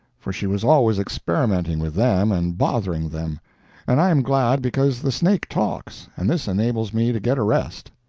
for she was always experimenting with them and bothering them and i am glad because the snake talks and this enables me to get a rest.